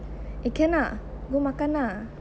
eh can ah go makan lah